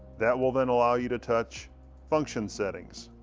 that will then allow you to touch function settings.